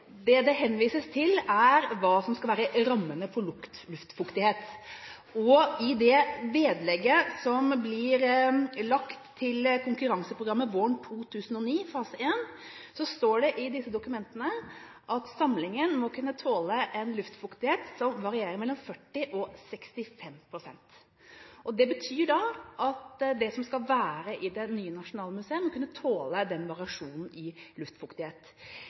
Det det henvises til, er hva som skal være rammene for luftfuktighet. I vedlegget til konkurranseprogrammet våren 2009 fase 1 står det at samlingen må kunne tåle en luftfuktighet som varierer mellom 40 pst. og 65 pst. Det betyr at det som skal være i det nye nasjonalmuseet, må kunne tåle den variasjonen i luftfuktighet.